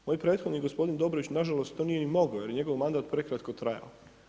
Ovaj prethodni gospodin Dobrović nažalost to nije ni mogao jer je njegov mandat prekratko trajao.